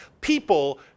people